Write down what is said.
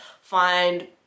find